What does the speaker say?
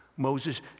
Moses